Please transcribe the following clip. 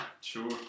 sure